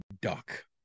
duck